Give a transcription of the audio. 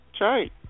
right